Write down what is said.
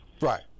Right